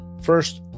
first